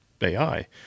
AI